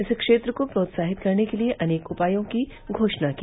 इस क्षेत्र को प्रोत्साहित करने के लिए अनेक उपायों की घोषणा की